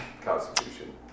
Constitution